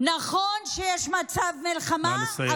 נכון שיש מצב מלחמה,